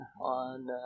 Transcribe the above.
on